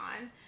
on